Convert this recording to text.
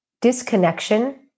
disconnection